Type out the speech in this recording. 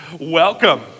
welcome